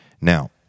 Now